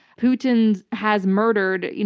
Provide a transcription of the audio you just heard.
putin has murdered, you know